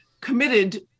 committed